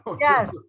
Yes